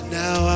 now